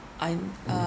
I'm uh